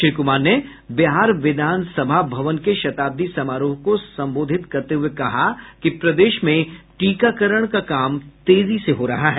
श्री कुमार ने बिहार विधानसभा भवन के शताब्दी समारोह को संबोधित करते हुए कहा कि प्रदेश में टीकाकरण का काम तेजी से हो रहा है